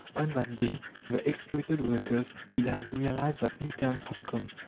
on that day, the exploited workers will have realized that new times have come,